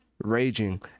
raging